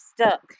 stuck